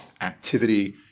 activity